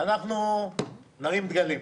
אנחנו נרים דגלים.